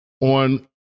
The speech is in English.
on